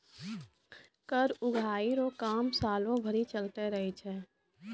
कर उगाही रो काम सालो भरी चलते रहै छै